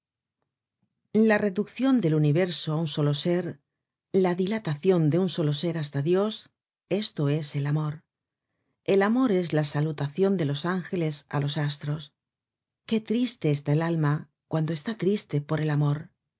la reduccion del universo á un solo ser la dilatacion de un solo ser hasta dios esto es el amor el amor es la salutacion de los ángeles á los astros qué triste está el alma cuando está triste por el amor